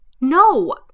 No